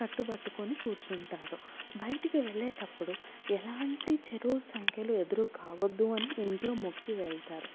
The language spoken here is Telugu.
కట్టుబట్టుకొని కూర్చుంటారు బయటికి వెళ్ళేటప్పుడు ఎలాంటి చెడు సంఖ్యలు ఎదురు కావ్వదు అని ఇంట్లో మొక్కి వెళ్తారు